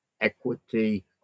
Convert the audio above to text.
equity